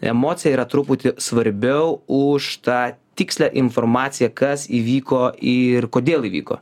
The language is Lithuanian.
emocija yra truputį svarbiau už tą tikslią informaciją kas įvyko ir kodėl įvyko